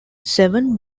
seven